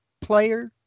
player